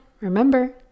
remember